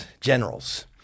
generals